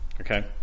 Okay